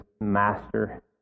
Master